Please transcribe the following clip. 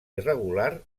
irregular